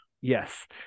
Yes